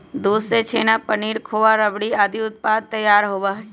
दूध से छेना, पनीर, खोआ, रबड़ी आदि उत्पाद तैयार होबा हई